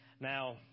Now